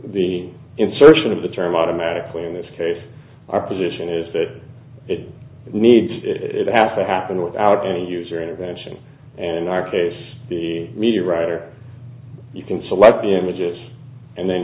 the insertion of the term automatically in this case our position is that it needs it have to happen without any user intervention and in our case the media writer you can select the images and then